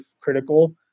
critical